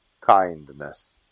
kindness